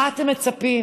למה אתם מצפים,